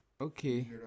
okay